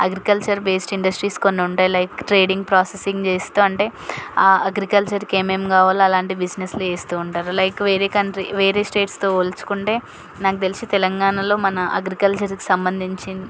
agriculture based industries కొన్నుంటాయి like trading processing చేస్తూ అంటే ఆ అగ్రికల్చర్కు ఏమేమి కావాలో అలాంటి బిజినెస్లు చేస్తూ ఉంటారు లైక్ వేరే కంట్రీ వేరే స్టేట్స్తో పోల్చుకుంటే నాకు తెలిసి తెలంగాణలో మన అగ్రికల్చర్కి సంబంధించిన